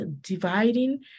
dividing